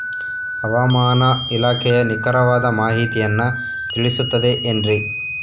ಹವಮಾನ ಇಲಾಖೆಯ ನಿಖರವಾದ ಮಾಹಿತಿಯನ್ನ ತಿಳಿಸುತ್ತದೆ ಎನ್ರಿ?